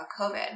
COVID